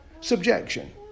Subjection